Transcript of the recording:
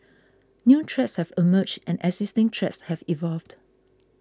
new threats have emerged and existing threats have evolved